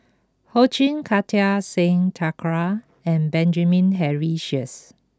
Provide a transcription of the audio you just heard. Ho Ching Kartar Singh Thakral and Benjamin Henry Sheares